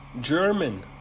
German